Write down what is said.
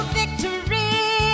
victory